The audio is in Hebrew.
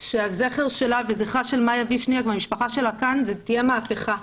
שהזכר שלה וזכרה של מאיה וישניאק והמשפחה שלה כאן זאת תהיה מהפכה.